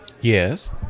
Yes